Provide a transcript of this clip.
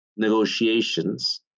Negotiations